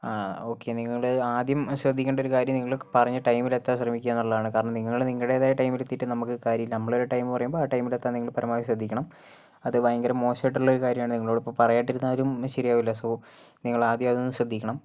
ആ ഓക്കെ നിങ്ങള് ആദ്യം ശ്രദ്ധിക്കേണ്ട ഒരു കാര്യം നിങ്ങള് പറഞ്ഞ ടൈമില് എത്താൻ ശ്രമിക്കുകയെന്നുള്ളതാണ് കാരണം നിങ്ങള് നിങ്ങളുടേതായ ടൈമിലെത്തിയിട്ട് നമുക്ക് കാര്യമില്ല നമ്മളൊരു ടൈം പറയുമ്പോൾ ആ ടൈമിലെത്താൻ നിങ്ങള് പരമാവധി ശ്രദ്ധിക്കണം അത് ഭയങ്കര മോശമായിട്ടുള്ള ഒരു കാര്യമാണ് നിങ്ങളോടിപ്പോൾ പറയാണ്ടിരുന്നാലും ശരിയാകില്ല സോ നിങ്ങളാദ്യം അതൊന്ന് ശ്രദ്ധിക്കണം